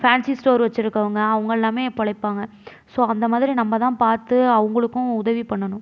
fancy store வெச்சிருக்கவங்க அவங்க எல்லாமே பிழைப்பாங்க ஸோ அந்த மாதிரி நம்ம தான் பார்த்து அவங்களுக்கும் உதவி பண்ணணும்